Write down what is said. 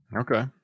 Okay